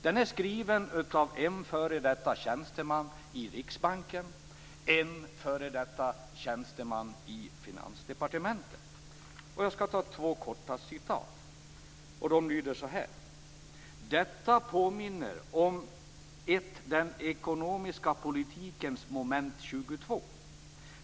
Den är skriven av en f.d. tjänsteman i Riksbanken och en f.d. tjänsteman i Finansdepartementet. Jag skall ta två korta citat. Det första citatet lyder: "Detta påminner om ett den ekonomiska politikens moment 22.